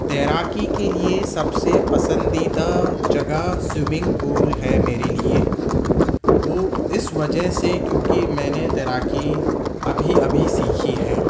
تیراکی کے لیے سب سے پسندیدہ جگہ سوئیمنگ پول ہے میرے لیے وہ اس وجہ سے کیونکہ میں نے تیراکی ابھی ابھی سیکھی ہے